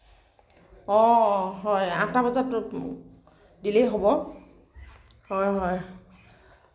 অ হয় আঠটা বজাত দিলেই হ'ব হয় হয়